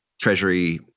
Treasury